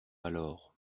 alors